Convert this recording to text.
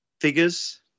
figures